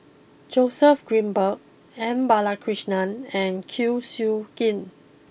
Joseph Grimberg M Balakrishnan and Kwek Siew Jin